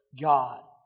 God